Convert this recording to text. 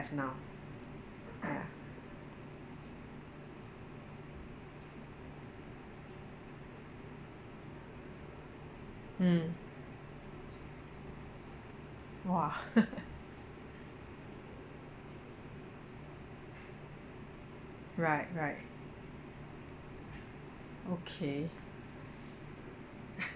have now ya mm !wah! right right okay